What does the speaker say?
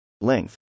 length